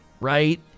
right